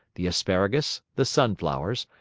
the asparagus, the sunflowers,